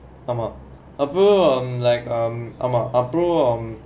ஆமா அப்புறம்:aammaa appuram um like um ஆமா:aamaa um